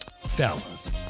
Fellas